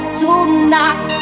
tonight